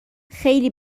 خیلی